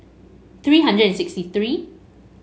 three hundred and sixty three